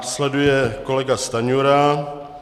Následuje kolega Stanjura.